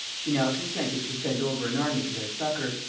she now consented to send over an army to their succour,